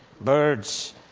birds